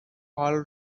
all